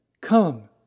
Come